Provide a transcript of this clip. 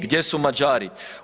Gdje su Mađari?